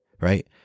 right